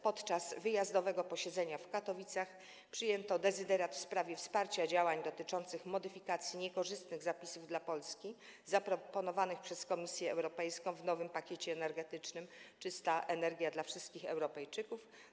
Podczas wyjazdowego posiedzenia w Katowicach przyjęto dezyderat w sprawie wsparcia działań dotyczących modyfikacji niekorzystnych zapisów dla Polski zaproponowanych przez Komisję Europejską w nowym pakiecie energetycznym „Czysta energia dla wszystkich Europejczyków”